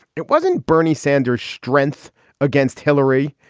it wasn't bernie sanders strength against hillary.